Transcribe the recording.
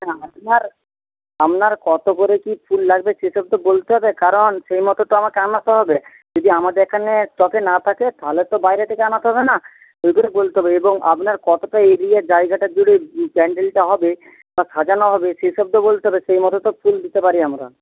হ্যাঁ আপনার আপনার কত করে কি ফুল লাগবে সেসব তো বলতে হবে কারণ সেই মতো তো আমাকে আনাতে হবে যদি আমাদের এখানে স্টকে না থাকে তাহলে তো বাইরে থেকে আনাতে হবে না ওই জন্য বলতে হবে এবং আপনার কতটা এরিয়া জায়গাটা জুড়ে প্যান্ডেলটা হবে বা সাজানো হবে সেসব তো বলতে হবে সেইমতো তো ফুল দিতে পারি আমরা